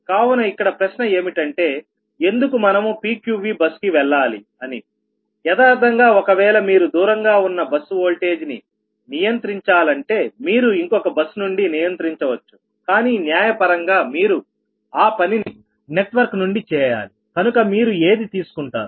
కావున ఇక్కడ ప్రశ్న ఏమిటంటే ఎందుకు మనము PQVబస్ కి వెళ్లాలి అని యదార్ధంగా ఒకవేళ మీరు దూరంగా ఉన్న బస్సు ఓల్టేజి ని నియంత్రించాలంటే మీరు ఇంకొక బస్ నుండి నియంత్రించవచ్చు కానీ న్యాయపరంగా మీరు ఆ పనిని నెట్వర్క్ నుండి చేయాలి కనుక మీరు ఏది తీసుకుంటారు